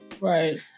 Right